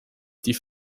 die